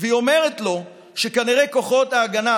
והיא אומרת לו שכנראה לכוחות ההגנה,